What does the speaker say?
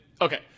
Okay